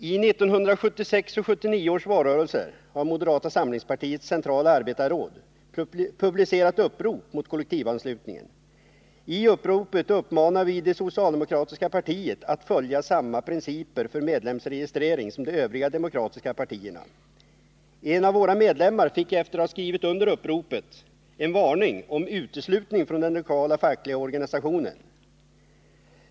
I 1976 och 1979 års valrörelser har moderata samlingspartiets centrala arbetarråd publicerat upprop mot kollektivanslutningen. I uppropet uppmanar vi det socialdemokratiska partiet att följa samma principer för medlemsregistrering som de övriga demokratiska partierna. En av våra medlemmar fick efter att ha skrivit under uppropet en varning om uteslutning från den lokala fackliga organisationen.